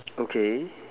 okay